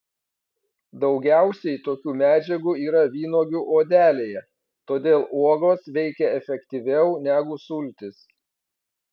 daugiausiai tokių medžiagų yra vynuogių odelėje todėl uogos veikia efektyviau negu sultys